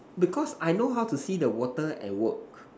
because I know how to see the water at work